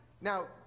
Now